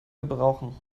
gebrauchen